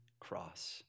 cross